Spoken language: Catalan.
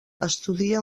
estudia